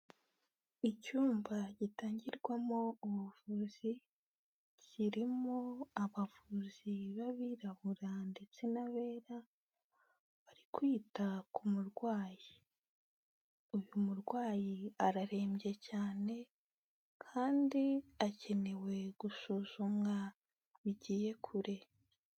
Icyumba gitangirwamo ubuvuzi, kirimo abavuzi b'abirabura ndetse n'abera, bari kwita ku murwayi. Uyu murwayi ararembye cyane, kandi akeneye gusuzumwa bigiye kure.